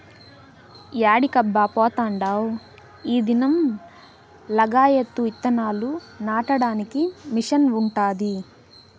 యాడికబ్బా పోతాండావ్ ఈ దినం లగాయత్తు ఇత్తనాలు నాటడానికి మిషన్ ఉండాది